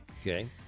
Okay